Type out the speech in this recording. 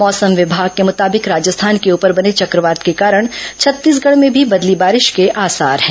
मौसम विभाग के मुताबिक राजस्थान के ऊपर बने चक्रवात के कारण छत्तीसगढ़ में भी बदली बारिश के आसार हैं